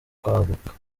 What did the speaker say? kwaguka